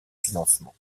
financement